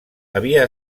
havia